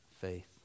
faith